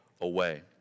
away